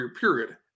period